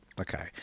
okay